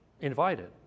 invited